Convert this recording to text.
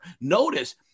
Notice